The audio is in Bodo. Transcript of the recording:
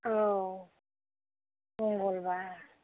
औ